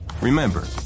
Remember